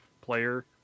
player